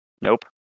Nope